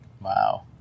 Wow